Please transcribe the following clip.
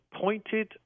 pointed